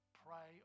pray